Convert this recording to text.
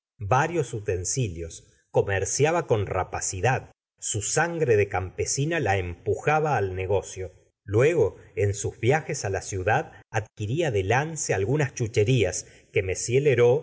varios utensilios comerciaba con rapacidad su sangre de campesina la empujaba al negocio luego en sus viajes á la ciudad adquiría de lance algunas chucheras que m